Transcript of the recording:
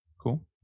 Cool